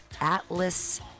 Atlas